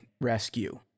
rescue